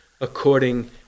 according